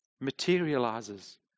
materializes